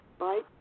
right